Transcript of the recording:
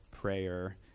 prayer